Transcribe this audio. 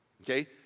Okay